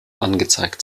angezeigt